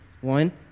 One